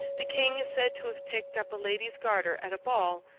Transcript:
the king is said to have picked up a lady's garter at a ball,